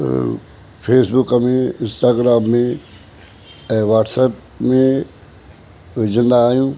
Facebook में Instagram में ऐं वाट्सअप में विझंदा आहियूं